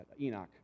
Enoch